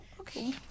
okay